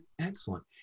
Excellent